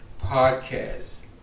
podcast